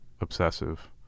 obsessive